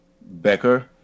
Becker